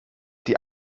die